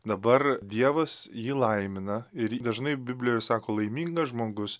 dabar dievas jį laimina ir į dažnai biblijoj ir sako laimingas žmogus